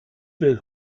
will